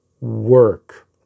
work